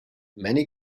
many